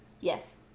Yes